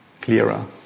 clearer